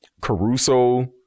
Caruso